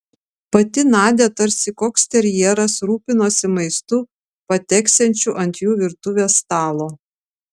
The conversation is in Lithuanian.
pati nadia tarsi koks terjeras rūpinosi maistu pateksiančiu ant jų virtuvės stalo